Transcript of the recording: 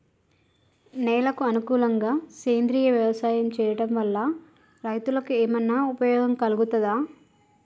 నేలకు అనుకూలంగా సేంద్రీయ వ్యవసాయం చేయడం వల్ల రైతులకు ఏమన్నా ఉపయోగం కలుగుతదా?